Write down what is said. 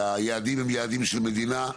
והיעדים הם יעדים של מדינה,